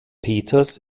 peters